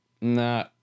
Nah